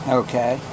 okay